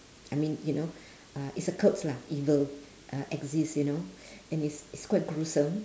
I mean you know uh it's a cult lah evil uh exist you know and it's it's quite gruesome